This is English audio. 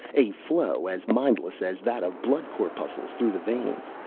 a flow as mindless as that of blood corpuscles through the veins,